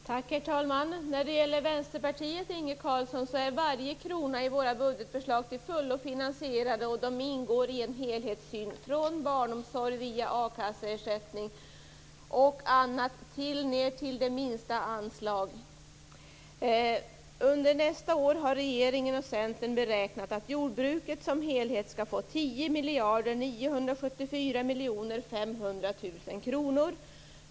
Herr talman! I Vänsterpartiets budgetförslag, Inge Carlsson, är varje krona till fullo finansierad. Varje krona ingår i en helhetssyn, från barnomsorg via akasseersättning och annat ned till det minsta anslaget. Under nästa år har regeringen och Centern beräknat att jordbruket som helhet skall få 10 974 500 000 kr.